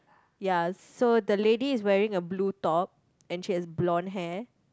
ya so the lady is wearing a blue top and she has blonde hair